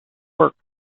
work